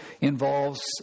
involves